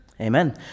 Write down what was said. Amen